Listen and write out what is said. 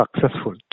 successful